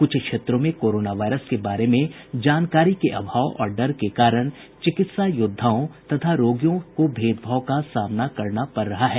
कुछ क्षेत्रों में कोरोना वायरस के बारे में जानकारी के अभाव और डर के कारण चिकित्सा योद्वाओं तथा रोगियों को भेदभाव का सामना करना पड़ रहा है